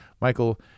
Michael